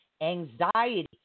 anxiety